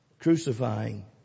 Crucifying